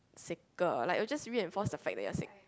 sicker like was just really enforce the fat that are sick